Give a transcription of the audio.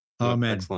Amen